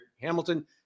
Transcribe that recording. Hamilton